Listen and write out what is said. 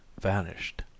vanished